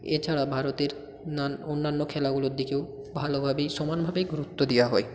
এছাড়া ভারতের নান অন্যান্য খেলাগুলোর দিকেও ভালোভাবেই সমানভাবেই গুরুত্ব দেয়া হয়